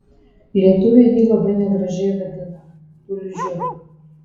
lietuviai jį labai negražiai vadina tulžiu